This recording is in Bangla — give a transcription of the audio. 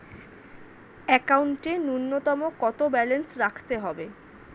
একাউন্টে নূন্যতম কত ব্যালেন্স রাখতে হবে?